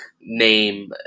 name